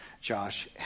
Josh